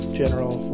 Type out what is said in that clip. general